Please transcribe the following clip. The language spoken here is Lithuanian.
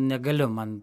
negaliu man